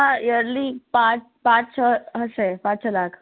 હા યરલી પાંચ પાંચ છ હશે પાંચ છ લાખ